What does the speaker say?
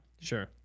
Sure